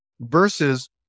versus